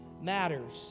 matters